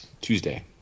Tuesday